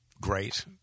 great